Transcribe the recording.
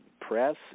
press